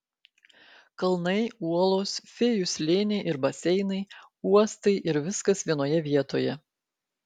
kalnai uolos fėjų slėniai ir baseinai uostai ir viskas vienoje vietoje